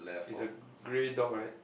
is a grey dog right